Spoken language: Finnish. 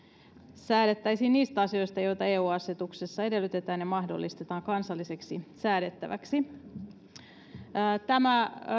säädettäisiin niistä asioista joita eu asetuksissa edellytetään ja mahdollistetaan kansallisesti säädettäviksi tämä